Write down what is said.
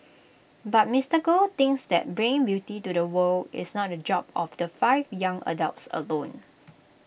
but Mister Goh thinks that bringing beauty to the world is not the job of the five young adults alone